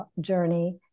journey